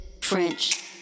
French